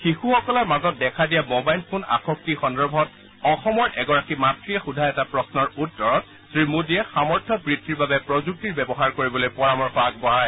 শিশুসকলৰ মাজত দেখা দিয়া মোবাইল ফোন আসক্তি সন্দৰ্ভত অসমৰ এগৰাকী মাত্ৰয়ে সোধা এটা প্ৰশ্নৰ উত্তৰ শ্ৰী মোডীয়ে সামৰ্থ্য বৃদ্ধিৰ বাবে প্ৰযুক্তিৰ ব্যৱহাৰ কৰিবলৈ পৰামৰ্শ আগবঢ়ায়